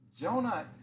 Jonah